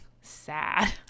sad